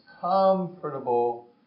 comfortable